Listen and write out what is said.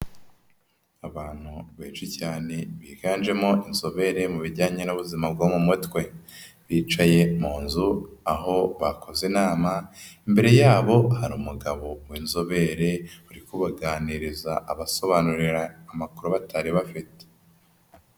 Abantu benshi cyane biganjemo inzobere mu bijyanye n'ubuzima bwo mu mutwe. Bicaye mu nzu, aho bakoze inama, imbere yabo hari umugabo w'inzobere uri kubaganiriza, abasobanurira amakuru batari bafite.